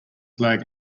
flag